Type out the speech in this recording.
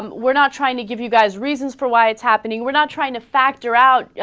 um we're not trying to give you guys reasons for why it's happening we're not trying to factor out yeah